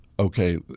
Okay